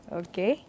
okay